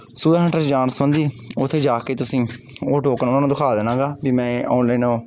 ਸੁਵਿਧਾ ਸੈਂਟਰ 'ਚ ਜਾਣ ਸੰਬੰਧੀ ਉੱਥੇ ਜਾ ਕੇ ਤੁਸੀਂ ਉਹ ਟੋਕਨ ਉਹਨਾਂ ਨੂੰ ਦਿਖਾ ਦੇਣਾ ਗਾ ਵੀ ਮੈਂ ਆਨਲਾਈਨ